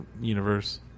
universe